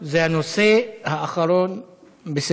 הצעה לסדר-היום מס' 7996. זה הנושא האחרון בסדר-היום.